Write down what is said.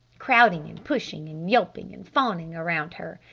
crowding and pushing and yelping and fawning around her,